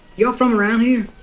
you all from around here?